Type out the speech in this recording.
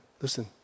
Listen